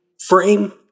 frame